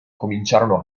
cominciarono